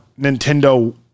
nintendo